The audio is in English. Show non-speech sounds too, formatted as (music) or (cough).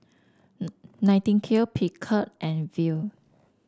(hesitation) Nightingale Picard and Viu